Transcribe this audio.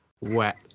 wet